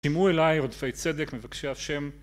שימו אליי עודפי צדק מבקשי השם